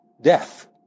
Death